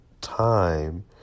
time